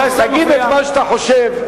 תגיד את מה שאתה חושב.